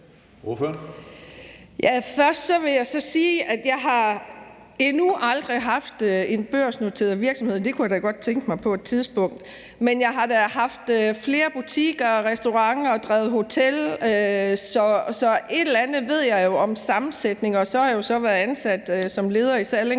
Først vil jeg sige, at jeg endnu aldrig har haft en børsnoteret virksomhed, men det kunne jeg da godt tænke mig på et tidspunkt. Men jeg har da haft flere butikker og restauranter og drevet hotel, så et eller andet ved jeg jo om sammensætninger. Og så har jeg jo derfør også været ansat som leder i Salling